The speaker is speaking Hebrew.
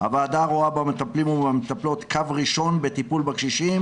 "הוועדה רואה במטפלים ובמטפלות קו ראשון בטיפול בקשישים